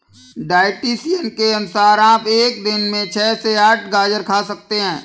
dietitian के अनुसार आप एक दिन में छह से आठ गाजर खा सकते हैं